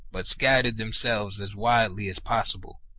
but scattered themselves as widely as possible.